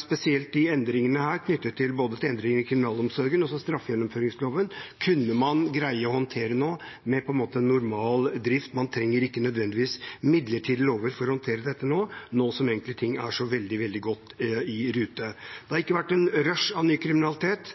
spesielt endringene knyttet til endringer i kriminalomsorgen og straffegjennomføringsloven kunne man nå greid å håndtere med – på en måte – normal drift, man trenger ikke nødvendigvis midlertidige lover for å håndtere dette nå som ting egentlig er så veldig, veldig godt i rute. Det har ikke vært et rush av ny kriminalitet,